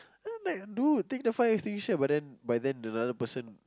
then I'm like dude take the fire extinguisher but then but then then other person